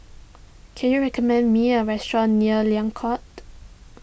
can you recommend me a restaurant near Liang Court